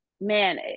man